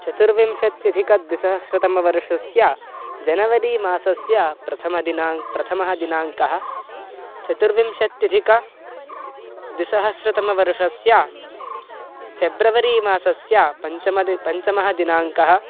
चतुर्विंशत्यधिकद्विसहस्रतमवर्षस्य जनवरी मासस्य प्रथमः दिनाङ्कः प्रथमः दिनाङ्कः चतुर्विंशत्यधिकद्विसहस्रतमवर्षस्य फ़ेब्रवरी मासस्य पञ्चमः दि पञ्चमः दिनाङ्कः